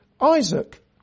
Isaac